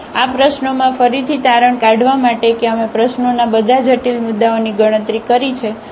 તેથી આ પ્રશ્નોમાં ફરીથી તારણ નિકાડવા માટે કે અમે પ્રશ્નોના બધા જટિલ મુદ્દાઓની ગણતરી કરી છે